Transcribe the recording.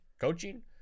coaching